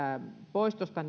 poistosta